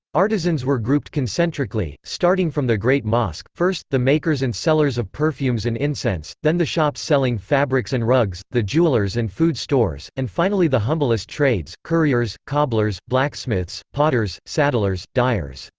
artisans were grouped concentrically, starting from the great mosque first, the makers and sellers of perfumes and incense, then the shops selling fabrics and rugs, the jewelers and food stores, and finally the humblest trades. curriers, cobblers, blacksmiths, potters, saddlers, dyers.